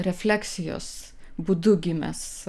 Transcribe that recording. refleksijos būdu gimęs